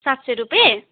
सात सय रुपियाँ